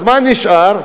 מה נשאר?